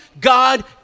God